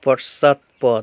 পশ্চাৎপদ